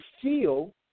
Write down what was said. feel